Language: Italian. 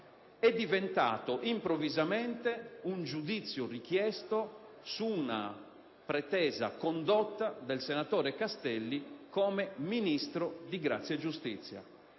è diventato improvvisamente un giudizio richiesto su una pretesa condotta del senatore Castelli come ministro della giustizia.